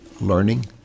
learning